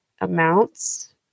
amounts